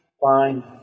fine